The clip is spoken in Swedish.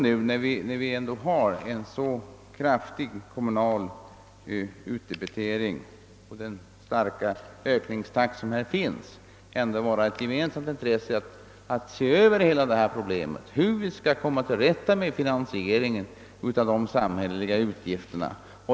Eftersom vi har en så kraftig kommunal utdebitering och med den starka ökningstakt som här finns, borde det vara ett gemensamt intresse att komma till rätta med finansieringen av de samhälleliga utgifterna.